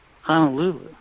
Honolulu